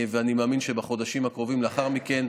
ואני מאמין שבחודשים הקרובים לאחר מכן,